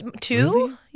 Two